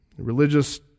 Religious